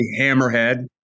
Hammerhead